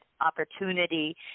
opportunity